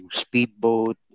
speedboat